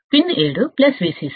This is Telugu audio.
pin 7 plus VCC